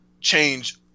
change